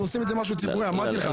אנחנו עושים את זה משהו ציבורי, אמרתי לך.